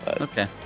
Okay